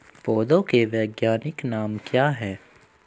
पौधों के वैज्ञानिक नाम क्या हैं?